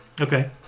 Okay